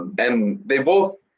and they both,